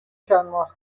چندماه